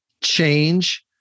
change